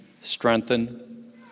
strengthen